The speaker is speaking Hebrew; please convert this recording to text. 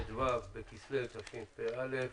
ט"ו בכסלו התשפ"א,